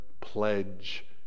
pledge